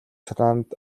санаанд